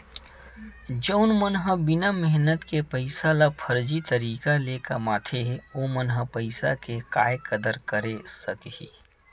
जउन मन ह बिना मेहनत के पइसा ल फरजी तरीका ले कमाथे ओमन ह पइसा के काय कदर करे सकही